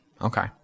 Okay